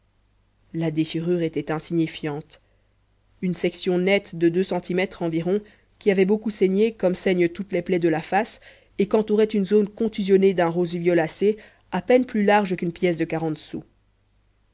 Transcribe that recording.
la déchirure était insignifiante une section nette de deux centimètres environ qui avait beaucoup saigné comme saignent toutes les plaies de la face et qu'entourait une zone contusionnée d'un rosé violacé à peine plus large qu'une pièce de quarante sous